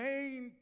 Main